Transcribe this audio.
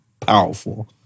powerful